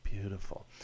beautiful